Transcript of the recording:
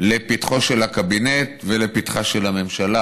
לפתחו של הקבינט ולפתחה של הממשלה.